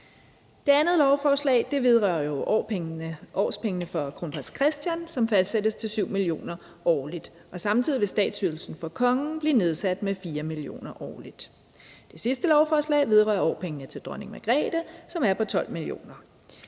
Det andet lovforslag vedrører årpengene for kronprins Christian, som fastsættes til 7 mio. kr. årligt, og samtidig vil statsydelsen for kongen blive nedsat med 4 mio. kr. årligt. Det sidste lovforslag vedrører årpengene til dronning Margrethe, som er på 12 mio. kr. årligt.